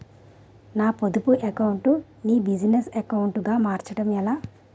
నా పొదుపు అకౌంట్ నీ బిజినెస్ అకౌంట్ గా మార్చడం ఎలా?